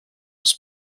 aus